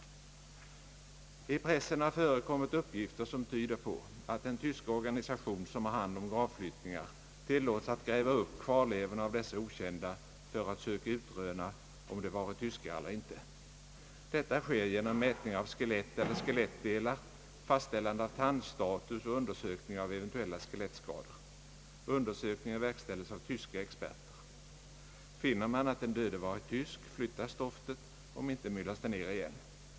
I pressen har förekommit uppgifter som tyder på att den tyska organisation som har hand om gravflyttningarna tilllåts att gräva upp kvarlevorna av dessa okända för att försöka utröna om de varit tyskar eller inte. Detta sker genom mätning av skelett eller skelettdelar, fastställande av tandstatus och undersökning av eventuella skelettskador. Un dersökningen verkställes av tyska experter. Finner man att den döde varit tysk flyttas stoftet, om inte, så myllas det ner igen.